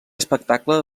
espectacle